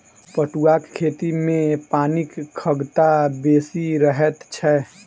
पटुआक खेती मे पानिक खगता बेसी रहैत छै